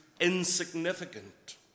insignificant